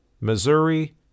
Missouri